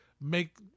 make